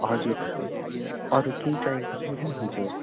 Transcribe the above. हजुर अरू केही चाहिन्छ त्यो पनि पाउँछ